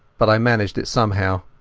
but i managed it somehow.